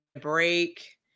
break